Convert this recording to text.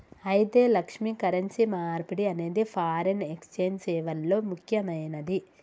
అయితే లక్ష్మి, కరెన్సీ మార్పిడి అనేది ఫారిన్ ఎక్సెంజ్ సేవల్లో ముక్యమైనది